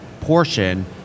portion